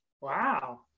wow